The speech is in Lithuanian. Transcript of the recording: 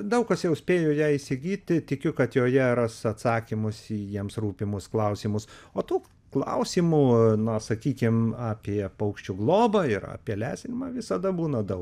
daug kas jau spėjo ją įsigyti tikiu kad joje ras atsakymus į jiems rūpimus klausimus o tų klausimų na sakykime apie paukščių globą ir apie lesinimą visada būna daug